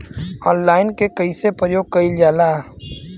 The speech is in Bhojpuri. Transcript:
ऑनलाइन के कइसे प्रयोग कइल जाला?